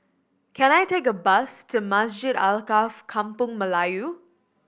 can I take a bus to Masjid Alkaff Kampung Melayu